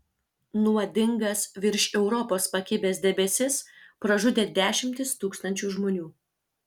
nuodingas virš europos pakibęs debesis pražudė dešimtis tūkstančių žmonių